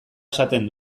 esaten